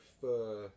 prefer